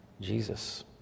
Jesus